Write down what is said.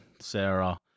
Sarah